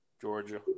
Georgia